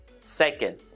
Second